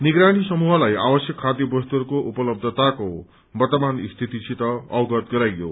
निगरानी समूहलाई आवश्यक खाद्य वस्तुहरूको उपलब्धताको वर्तमान स्थितिसित अवगत गराइयो